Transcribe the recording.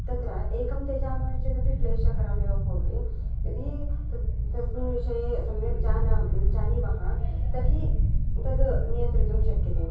तत्र एकं त्यजामः चेदपि क्लेशकरमेव भवति यदि तत् तस्मिन् विषये सम्यक् जान जानीमः तर्हि तत् नियन्त्रितुं शक्यते